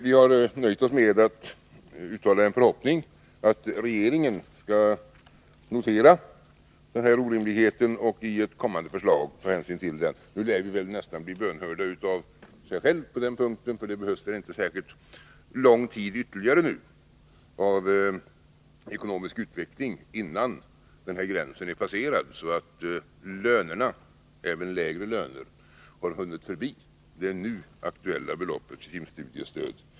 Vi har nöjt oss med att uttala förhoppningen att regeringen skall notera den här orimligheten och i ett kommande förslag ta hänsyn till den. Nu lär vi väl nästan bli bönhörda utan vidare på den här punkten, eftersom det väl inte behövs särskilt mycket mer ekonomisk utveckling, innan den gräns har passerats då även lägre löner har hunnit förbi det nu aktuella beloppet för timstudiestöd.